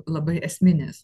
labai esminės